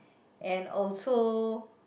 and also